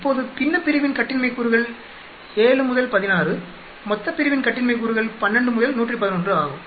இப்போது பின்னப்பிரிவின் கட்டின்மை கூறுகள் 7 16 மொத்தப்பிரிவின் கட்டின்மை கூறுகள் 12 111 ஆகும்